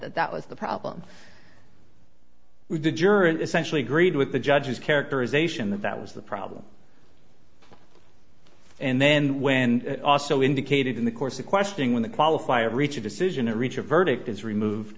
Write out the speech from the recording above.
that that was the problem with the juror and essentially agreed with the judge's characterization that that was the problem and then when also indicated in the course of questioning when the qualifier reach a decision and reach a verdict is removed